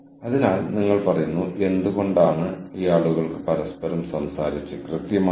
പക്ഷേ നിങ്ങൾ മറ്റൊരാളുടെ വൈദഗ്ധ്യത്തിൻ മേൽ അതിര് കടക്കരുത്